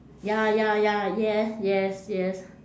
ya ya ya yes yes yes